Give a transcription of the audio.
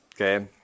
okay